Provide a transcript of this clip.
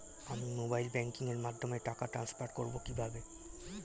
আমি mobile banking এর মাধ্যমে টাকা টান্সফার করব কিভাবে?